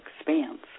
expands